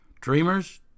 Dreamers